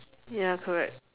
ya correct